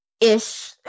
Ish